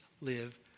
live